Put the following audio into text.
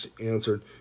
answered